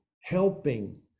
helping